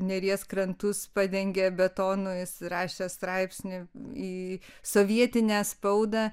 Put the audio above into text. neries krantus padengia betonu jis rašė straipsnį į sovietinę spaudą